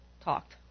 talked